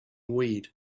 weed